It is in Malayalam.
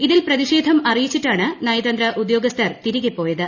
ഇതിൽ പ്രതിഷേധം അറിയിച്ചിട്ടാണ് നയതന്ത്ര ഉദ്യോഗസ്ഥർ തിരികെ പോയത്